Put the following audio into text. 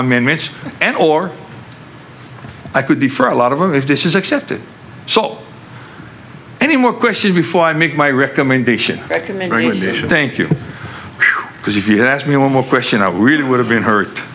amendments and or i could be for a lot of them if this is accepted so any more questions before i make my recommendation they should think you because if you asked me one more question i really would have been hurt